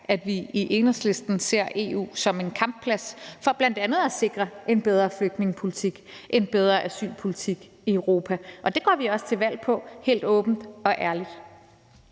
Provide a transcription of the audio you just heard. at vi i Enhedslisten ser EU som en kampplads for bl.a. at sikre en bedre flygtningepolitik, en bedre asylpolitik i Europa. Og det går vi også til valg på helt åbent og ærligt.